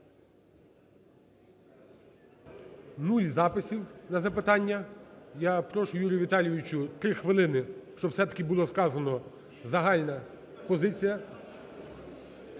Нуль записів на запитання. Я прошу Юрію Віталійовичу 3 хвилини, щоб все-таки була сказана загальна позиція.